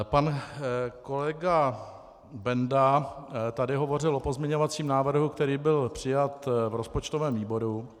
Pan kolega Benda tady hovořil o pozměňovacím návrhu, který byl přijat v rozpočtovém výboru.